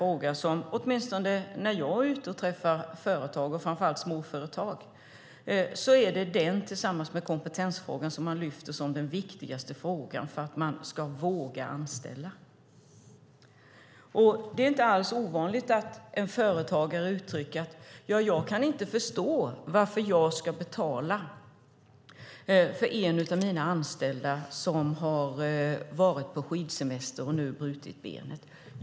Åtminstone när jag är ute och träffar företag, framför allt småföretag, är det sjuklönefrågan tillsammans med kompetensfrågan som man lyfter fram som den viktigaste frågan för att man ska våga anställa. Det är inte alls ovanligt att en företagare säger: Jag kan inte förstå varför jag ska betala för en av mina anställda, som har varit på skidsemester och nu har brutit benet.